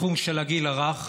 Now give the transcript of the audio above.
התחום של הגיל הרך,